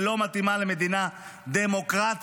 ולא מתאימה למדינה דמוקרטית,